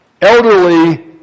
Elderly